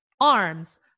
arms